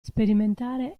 sperimentare